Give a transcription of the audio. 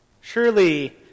Surely